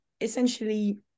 essentially